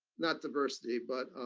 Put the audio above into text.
not diversity but